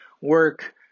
work